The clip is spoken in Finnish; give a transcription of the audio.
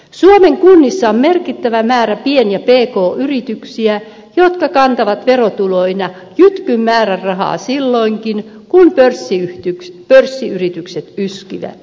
suomen kunnissa on merkittävä määrä pien ja pk yrityksiä jotka kantavat verotuloina jytkyn määrän rahaa silloinkin kun pörssiyritykset yskivät